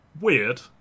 weird